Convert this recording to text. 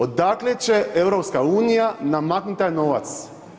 Odakle će EU namaknut taj novac?